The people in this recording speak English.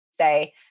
say